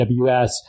AWS